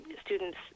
students